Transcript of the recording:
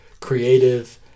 creative